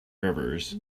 rivers